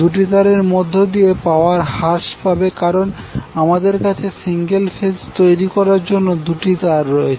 দুটি তারের মধ্যদিয়ে পাওয়ার হ্রাস পাবে কারন আমদের কাছে সিঙ্গেল ফেজ তৈরি করার জন্য দুটি তার রয়েছে